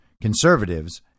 conservatives